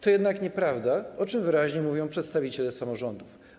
To jednak nieprawda, o czym wyraźnie mówią przedstawiciele samorządów.